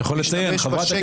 אתה יכול לציין לפרוטוקול,